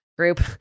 group